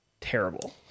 Terrible